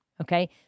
Okay